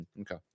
okay